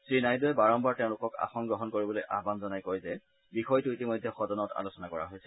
শ্ৰীনাইডুৱে বাৰম্বাৰ তেওঁলোকক আসন গ্ৰহণ কৰিবলৈ আহান জনাই কয় যে বিষয়টো ইতিমধ্যে সদনত আলোচনা কৰা হৈছে